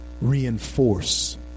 reinforce